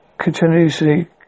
continuously